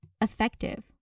effective